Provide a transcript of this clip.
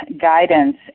guidance